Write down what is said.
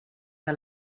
que